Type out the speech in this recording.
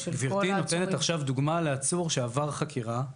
לגבי נתוני מעצר החסרים מהשטח אומר זאת,